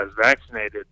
vaccinated